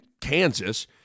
Kansas